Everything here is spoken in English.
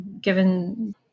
given